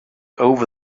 over